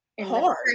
Hard